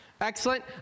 excellent